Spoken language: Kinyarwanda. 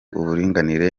uburinganire